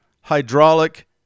hydraulic